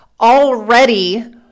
Already